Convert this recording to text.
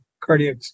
cardiac